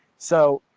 so,